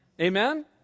Amen